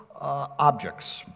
objects